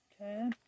Okay